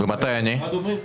ביום רביעי